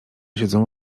siedzą